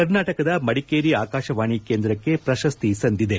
ಕರ್ನಾಟಕದ ಮಡಿಕೇರಿ ಆಕಾಶವಾಣಿ ಕೇಂದ್ರಕ್ಷೆ ಪ್ರಶಸ್ತಿ ಸಂದಿದೆ